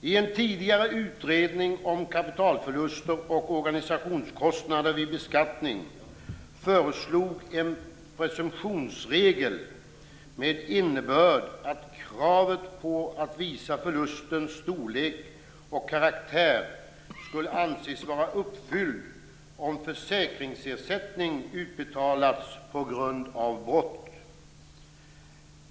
I en tidigare utredning om kapitalförluster och organisationskostnader vid beskattning föreslogs en presumtionsregel med innebörd att kravet på att visa förlustens storlek och karaktär skulle anses vara uppfyllt om försäkringsersättning utbetalats på grund av brottet.